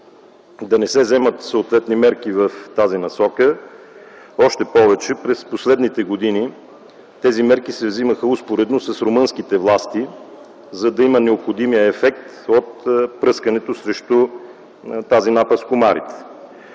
да не се вземат съответни мерки в тази насока. Още повече, през последните години тези мерки са вземат успоредно с румънските власти, за да има необходимият ефект от пръскането срещу тази напаст – комарите.